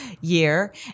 year